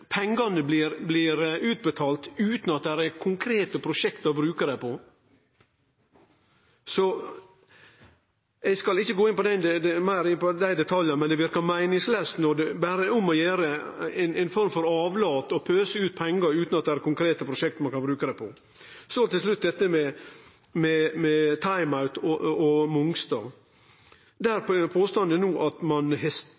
pengane blir utbetalte utan at det er konkrete prosjekt å bruke dei på. Eg skal ikkje gå inn på det meir i detalj, men det verkar meiningslaust når det berre er om å gjere – ei form for avlat – å pøse ut pengar utan at det er konkrete prosjekt ein kan bruke dei på. Så til dette med «time out» og